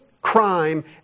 crime